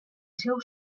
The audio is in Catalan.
seu